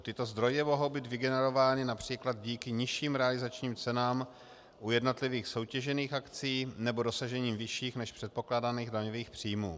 Tyto zdroje mohou být vygenerovány například díky nižším realizačním cenám u jednotlivých soutěžených akcí nebo dosažením vyšších než předpokládaných daňových příjmů.